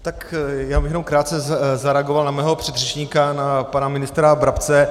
Tak já bych jenom krátce zareagoval na mého předřečníka, na pana ministra Brabce.